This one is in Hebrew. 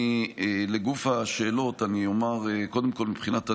לגוף השאלות, אני אומר, קודם כול מבחינת הנתונים,